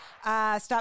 Stop